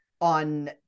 on